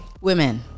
Women